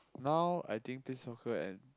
now I think play soccer and